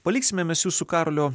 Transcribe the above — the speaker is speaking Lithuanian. paliksime mes jus su karoliu